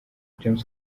james